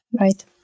Right